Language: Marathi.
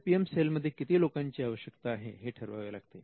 आय पी एम सेलमध्ये किती लोकांची आवश्यकता आहे हे ठरवावे लागते